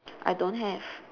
I don't have